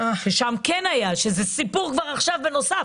שזה סיפור נוסף.